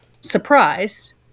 surprised